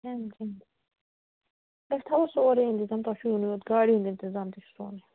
أسۍ تھاوو سورُے أنِتھ تۄہہِ چھُو یِنُے یوت گاڑِ ہُند اِنتِظام تہِ چھُ سونُے